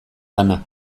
lana